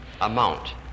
amount